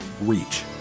reach